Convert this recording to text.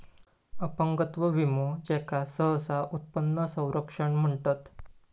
अपंगत्व विमो, ज्याका सहसा उत्पन्न संरक्षण म्हणतत